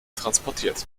transportiert